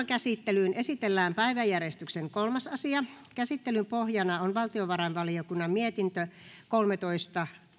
käsittelyyn esitellään päiväjärjestyksen kolmas asia käsittelyn pohjana on valtiovarainvaliokunnan mietintö kolmetoista